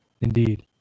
Indeed